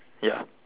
ya